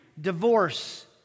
divorce